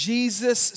Jesus